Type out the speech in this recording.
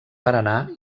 paranà